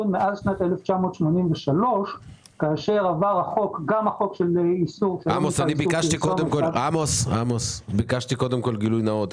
מאז שנת 1983. ביקשתי קודם כל גילוי נאות,